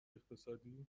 اقتصادی